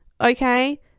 okay